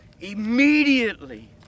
Immediately